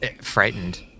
frightened